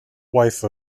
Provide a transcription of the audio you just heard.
wife